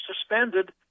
suspended